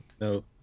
No